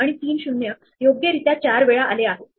आणि जर मी पोहोचलो नसेल तर हे मला 0 देईल जे चुकीचे आहे